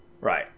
right